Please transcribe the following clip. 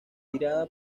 tirada